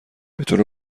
بطور